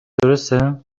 درسته